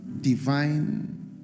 divine